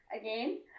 again